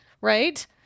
right